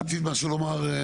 רצית משהו לומר?